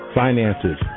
finances